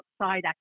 outside